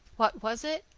what was it,